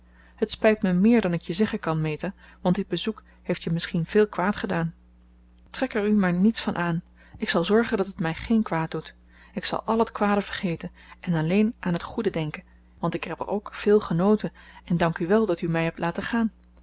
het spijt me meer dan ik je zeggen kan meta want dit bezoek heeft je misschien veel kwaad gedaan trek er u maar niets van aan ik zal zorgen dat het mij geen kwaad doet ik zal al het kwade vergeten en alleen aan het goede denken want ik heb er ook veel genoten en dank u wel dat u mij hebt laten gaan